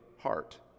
heart